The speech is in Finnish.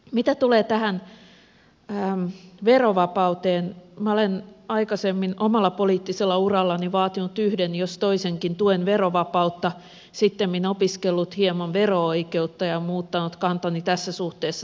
mitä tulee tähän verovapauteen minä olen aikaisemmin omalla poliittisella urallani vaatinut yhden jos toisenkin tuen verovapautta sittemmin opiskellut hieman vero oikeutta ja muuttanut kantani tässä suhteessa täysin